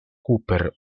cooper